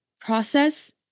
process